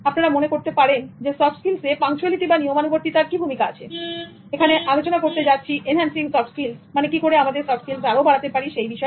আপনারা মনে করতে পারেন যে সফট স্কিলসে পাংচুয়ালিটি বা নিয়মানুবর্তিতার কি ভূমিকা আছে এখানে আলোচনা করতে যাচ্ছি এনহান্সিং সফট স্কিলস মানে কি করে আমাদের সফট স্কিলস আরও বাড়াতে পারি সেই বিষয় নিয়ে